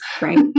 right